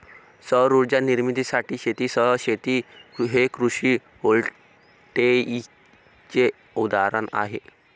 सौर उर्जा निर्मितीसाठी शेतीसह शेती हे कृषी व्होल्टेईकचे उदाहरण आहे